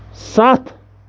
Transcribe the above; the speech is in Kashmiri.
سَتھ